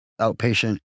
outpatient